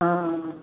हँ